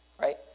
right